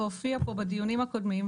היא הופיעה פה בדיונים הקודמים,